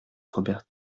robert